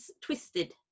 twisted